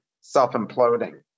self-imploding